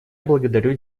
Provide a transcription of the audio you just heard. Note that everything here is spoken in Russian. благодарю